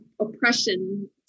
oppression